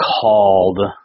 called